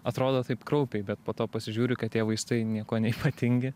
atrodo taip kraupiai bet po to pasižiūri kad tie vaistai niekuo neypatingi